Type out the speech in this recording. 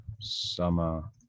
summer